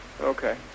Okay